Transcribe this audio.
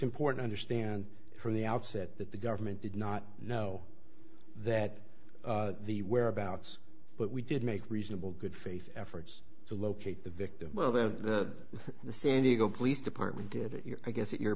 important understand from the outset that the government did not know that the whereabouts but we did make reasonable good faith efforts to locate the victim well the the san diego police department did it your i guess your